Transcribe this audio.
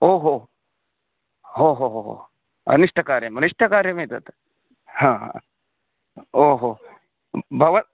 ओ हो हो हो हो अनिष्टकार्यम् अनिष्टकार्यमेतत् हा हा ओ हो भव